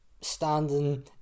standing